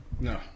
No